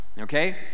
okay